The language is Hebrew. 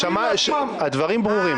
הדברים ברורים.